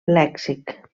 lèxic